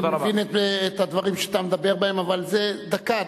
אני מבין את הדברים שאתה מדבר עליהם, אבל זה דקה.